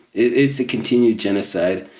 it's a continued genocide.